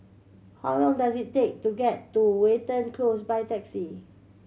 how long does it take to get to Watten Close by taxi